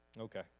Okay